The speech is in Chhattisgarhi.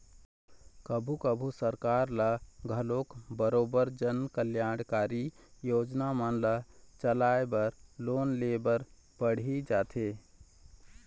कभू कभू सरकार ल घलोक बरोबर जनकल्यानकारी योजना मन ल चलाय बर लोन ले बर पड़ही जाथे